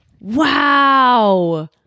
Wow